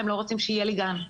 הם לא רוצים שיהיה לי גן.